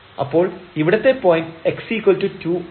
അപ്പോൾ ഇവിടത്തെ point x2 ആണ്